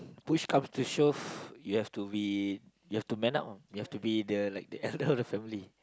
push come to shove you have to be you have to man up you have be the like the elder of the family